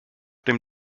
dem